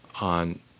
on